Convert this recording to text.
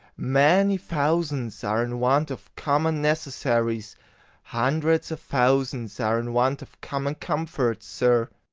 many thousands are in want of common necessaries hundreds of thousands are in want of common comforts, sir.